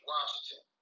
Washington